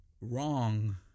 Wrong